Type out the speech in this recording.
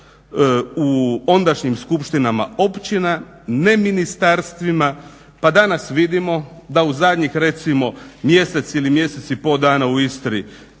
u ondašnjim skupštinama općina, ne ministarstvima. Pa, danas vidimo da u zadnjih recimo mjesec ili mjesec i pol dana u Istri,